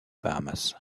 bahamas